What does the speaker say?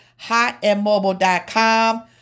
hotandmobile.com